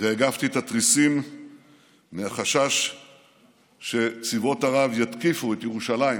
והגפתי את התריסים מחשש שצבאות ערב יתקיפו את ירושלים,